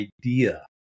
idea